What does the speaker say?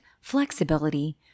flexibility